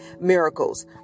miracles